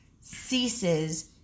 ceases